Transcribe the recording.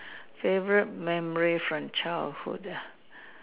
favourite memory from childhood ah